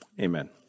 Amen